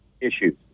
issues